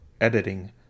editing